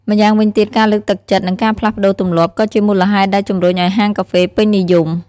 ម្យ៉ាងវិញទៀត ការលើកទឹកចិត្ត និងការផ្លាស់ប្ដូរទម្លាប់ ក៏ជាមូលហេតុដែលជំរុញឱ្យហាងកាហ្វេពេញនិយម។